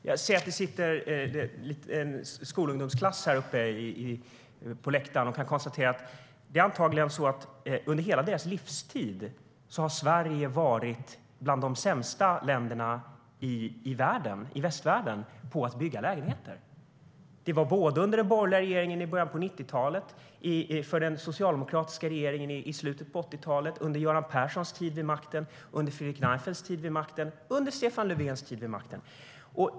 Jag ser att det sitter en skolklass på åhörarläktaren, och under hela elevernas livstid har Sverige antagligen varit bland de sämsta länderna i västvärlden på att bygga lägenheter. Så var det under den borgerliga regeringen i början av 90-talet, under den socialdemokratiska regeringen under slutet av 80-talet, under Göran Perssons tid vid makten, under Fredrik Reinfeldts tid vid makten och under Stefan Löfvens tid vid makten.